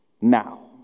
now